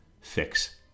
fix